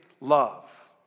love